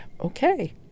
okay